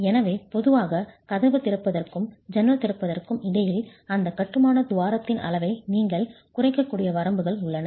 எனவே பொதுவாக கதவு திறப்பதற்கும் ஜன்னல் திறப்பதற்கும் இடையில் அந்த கட்டுமான துவாரத்தின் அளவை நீங்கள் குறைக்கக்கூடிய வரம்புகள் உள்ளன